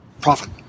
Profit